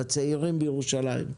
לצעירים בירושלים.